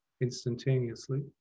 instantaneously